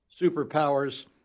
superpowers